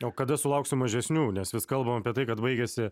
o kada sulauksim mažesnių nes vis kalbam apie tai kad baigiasi